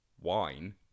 wine